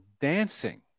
dancing